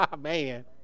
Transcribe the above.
Man